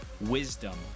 wisdom